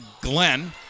Glenn